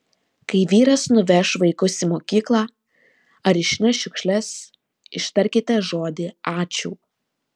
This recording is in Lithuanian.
kai vyras nuveš vaikus į mokyklą ar išneš šiukšles ištarkite žodį ačiū